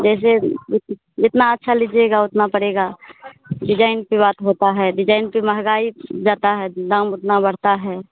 जैसे जितना अच्छा लीजिएगा उतना पड़ेगा डिज़ाइन की बात होती है डिज़ाइन की महँगाई जाती है तो दाम उतना बढ़ता है